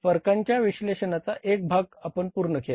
फरकांच्या विश्लेषणाचा एक भाग आपण पूर्ण केला